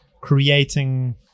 creating